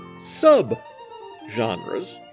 sub-genres